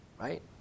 Right